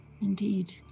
Indeed